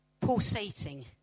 pulsating